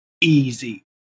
easy